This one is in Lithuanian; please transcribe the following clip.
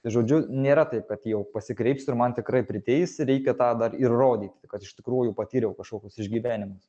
tai žodžiu nėra taip kad jau pasikreipsiu ir man tikrai priteis reikia tą dar įrodyti kad iš tikrųjų patyriau kažkokius išgyvenimus